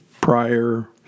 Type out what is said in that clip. prior